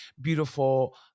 beautiful